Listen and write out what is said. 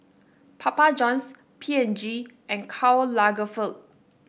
Papa Johns P and G and Karl Lagerfeld